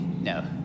No